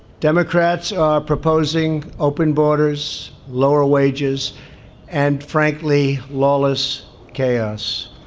democrats are proposing open borders, lower wages and, frankly, lawless chaos.